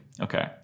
Okay